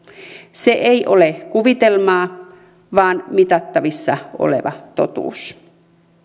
se ei ole kuvitelmaa vaan mitattavissa oleva totuus